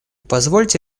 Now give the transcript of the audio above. позвольте